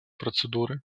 процедуры